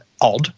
odd